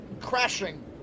crashing